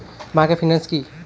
Microfinance কি?